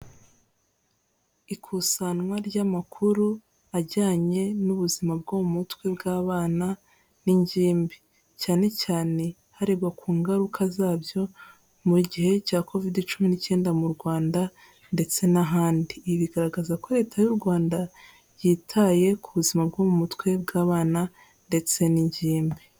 Ikusanwa ry'amakuru ajyanye n'ubuzima bwo mu mutwe bw'abana n'ingimbi, cyane cyane harebwa ku ngaruka zabyo mu gihe cya kovide cumi n'icyenda mu Rwanda ndetse n'ahandi, ibi bigaragaza ko leta y'u Rwanda yitaye ku buzima bwo mu mutwe bw'abana ndetse n'ingimbi.